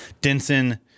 Denson